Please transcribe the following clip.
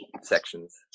sections